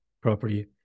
property